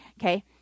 Okay